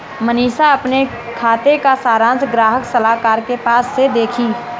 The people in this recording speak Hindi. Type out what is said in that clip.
मनीषा अपने खाते का सारांश ग्राहक सलाहकार के पास से देखी